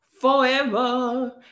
forever